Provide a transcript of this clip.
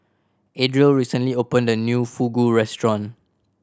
Adriel recently opened a new Fugu Restaurant